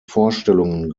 vorstellungen